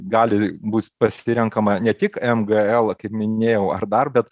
gali būt pasirenkama ne tik m g l kaip minėjau ar dar bet